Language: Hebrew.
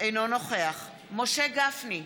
אינו נוכח משה גפני,